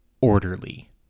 orderly